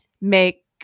make